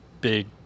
big